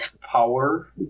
power